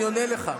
אני עונה לך.